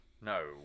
No